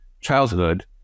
childhood